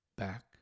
back